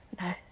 No